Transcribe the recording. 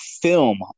film